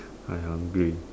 I hungry